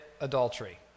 adultery